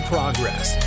Progress